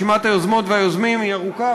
רשימת היוזמות והיוזמים היא ארוכה,